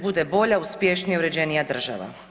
Bude bolja, uspješnija, uređenija država.